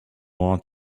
want